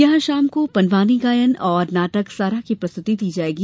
यहां शाम को पंडवानी गायन और नाटक सारा की प्रस्तुति दी जायेगी